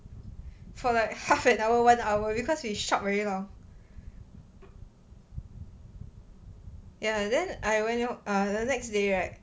for like half an hour one hour because we shop already lor ya and then I went off the next day right